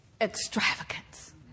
extravagance